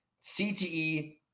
CTE